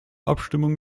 abstimmung